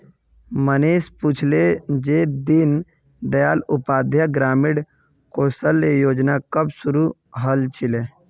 मनीष पूछले जे दीन दयाल उपाध्याय ग्रामीण कौशल योजना कब शुरू हल छिले